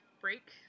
break